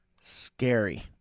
Scary